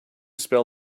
spell